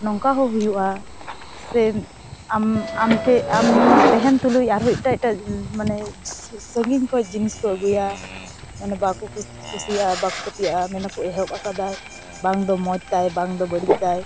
ᱱᱚᱝᱠᱟ ᱦᱚᱸ ᱦᱩᱭᱩᱜᱼᱟ ᱥᱮ ᱟᱢ ᱟᱢᱴᱷᱮᱱ ᱟᱢ ᱛᱟᱦᱮᱱ ᱛᱩᱞᱩᱡ ᱟᱨᱦᱚᱸ ᱮᱴᱟᱜ ᱮᱴᱟᱜ ᱢᱟᱱᱮ ᱥᱟᱸᱜᱤᱧ ᱠᱷᱚᱱ ᱡᱤᱱᱤᱥᱠᱚ ᱟᱹᱜᱩᱭ ᱜᱮᱭᱟ ᱢᱟᱱᱮ ᱵᱟᱠᱚ ᱠᱩᱥᱤᱭᱟᱜᱼᱟ ᱵᱟᱠᱚ ᱯᱟᱹᱛᱭᱟᱹᱜᱼᱟ ᱢᱮᱱᱟᱠᱚ ᱮᱦᱚᱵ ᱟᱠᱟᱫᱟᱭ ᱵᱟᱝᱫᱚ ᱢᱚᱡᱽᱛᱟᱭ ᱵᱟᱝᱫᱚ ᱵᱟᱹᱲᱤᱡᱛᱟᱭ